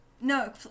No